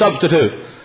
substitute